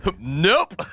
nope